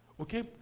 Okay